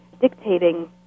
dictating